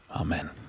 Amen